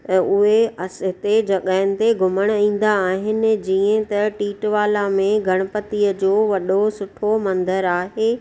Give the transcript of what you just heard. त उहे इते जॻहियुनि ते घुमणु ईंदा आहिनि जीअं त टीटवाला में गणपतीअ जो वॾो सुठो मंदरु आहे